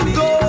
go